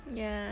ya